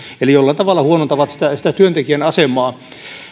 eli jollain tavalla huonontavat työntekijän asemaa